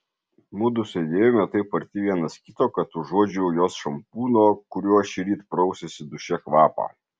mudu sėdėjome taip arti vienas kito kad užuodžiau jos šampūno kuriuo šįryt prausėsi duše kvapą